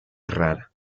rara